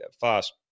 fast